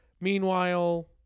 Meanwhile